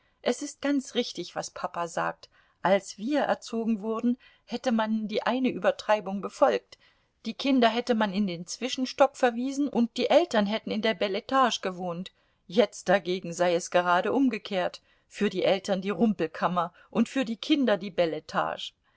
es ist ganz richtig was papa sagt als wir erzogen wurden hätte man die eine übertreibung befolgt die kinder hätte man in den zwischenstock verwiesen und die eltern hätten in der beletage gewohnt jetzt dagegen sei es gerade umgekehrt für die eltern die rumpelkammer und für die kinder die beletage